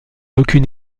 aucune